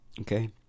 Okay